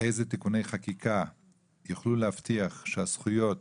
אילו תיקוני חקיקה יוכלו להבטיח שהזכויות